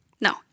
no